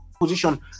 Position